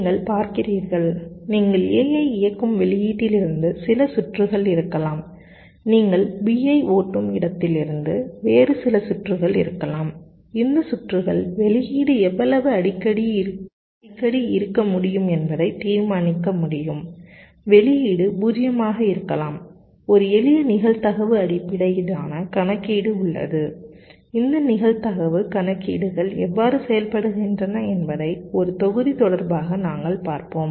நீங்கள் பார்க்கிறீர்கள் நீங்கள் A ஐ இயக்கும் வெளியீட்டிலிருந்து சில சுற்றுகள் இருக்கலாம் நீங்கள் B ஐ ஓட்டும் இடத்திலிருந்து வேறு சில சுற்றுகள் இருக்கலாம் இந்த சுற்றுகள் வெளியீடு எவ்வளவு அடிக்கடி இருக்க முடியும் என்பதை தீர்மானிக்க முடியும் வெளியீடு 0 ஆக இருக்கலாம் ஒரு எளிய நிகழ்தகவு அடிப்படையிலான கணக்கீடு உள்ளது இந்த நிகழ்தகவு கணக்கீடுகள் எவ்வாறு செய்யப்படுகின்றன என்பதை ஒரு தொகுதி தொடர்பாக நாங்கள் பார்ப்போம்